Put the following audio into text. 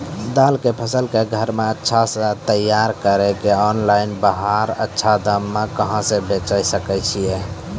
दाल के फसल के घर मे तैयार कड़ी के ऑनलाइन बाहर अच्छा दाम मे कहाँ बेचे सकय छियै?